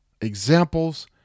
examples